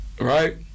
right